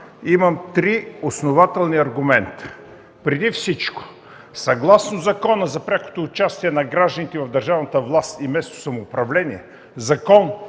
Имам три основателни аргумента. Преди всичко съгласно Закона за прякото участие на гражданите в държавната власт и местното самоуправление